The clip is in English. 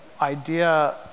idea